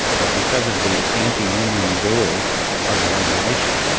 but because of the antiunion goals of the regulation,